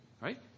Right